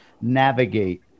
navigate